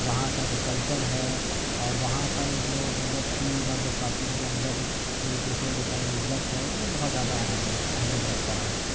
وہاں کا جو کلچر ہے اور وہاں پر جو مطلب کہ مرد و خواتین کے اندر ایک دوسرے کے تئیں عزت ہے وہ بہت زیادہ اہم ہے اہمیت رکھتا ہے